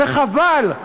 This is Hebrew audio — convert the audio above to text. וחבל.